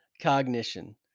cognition